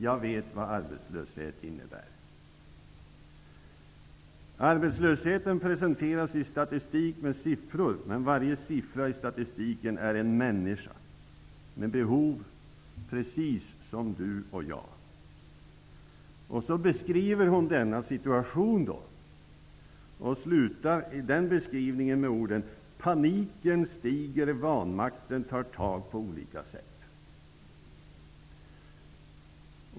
- Jag vet vad arbetslöshet innebär. Men varje siffra i statistiken är en människa med behov, precis som Du och jag.'' Hon beskriver denna situation. Hon avslutar beskrivningen med orden: ''Paniken stiger, vanmakten tar tag på olika sätt.''